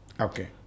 Okay